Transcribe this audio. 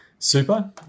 super